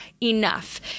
enough